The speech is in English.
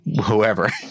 whoever